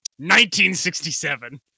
1967